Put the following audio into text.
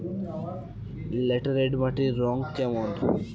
Laterite মাটির রং কেমন?